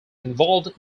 involved